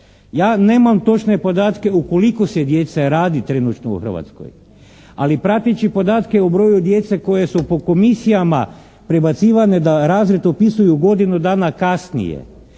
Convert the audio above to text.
Ja nemam točne podatke o koliko se djece radi trenutno u Hrvatskoj ali prateći podatke o broju djece koja su po komisijama prebacivane da razred upisuju godinu dana kasnije